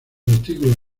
artículos